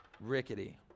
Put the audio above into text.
rickety